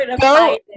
Go